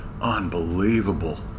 Unbelievable